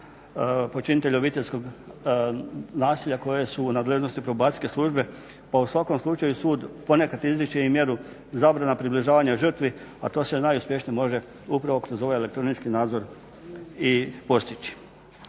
počinitelja obiteljskog nasilja koje su u nadležnosti Probacijske službe, pa u svakom slučaju sud ponekad izriče i mjeru zabrana približavanja žrtvi a to se najuspješnije može upravo kroz ovaj elektronički nadzor i postići.